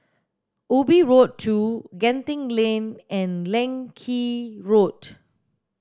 Ubi Road two Genting Lane and Leng Kee Road